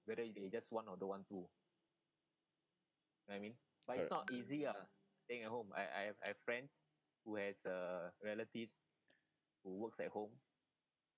correct